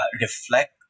reflect